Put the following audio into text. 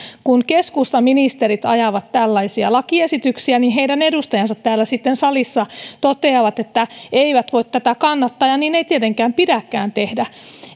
kun keskustaministerit ajavat tällaisia lakiesityksiä niin heidän edustajansa täällä salissa sitten toteavat että eivät voi tätä kannattaa niin ei tietenkään pidäkään tehdä